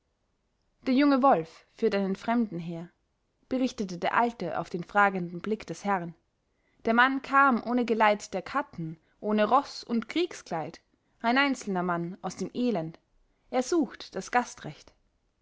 der junge wolf führt einen fremden her berichtete der alte auf den fragenden blick des herrn der mann kam ohne geleit der katten ohne roß und kriegskleid ein einzelner mann aus dem elend er sucht das gastrecht